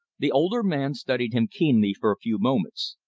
the older man studied him keenly for a few moments.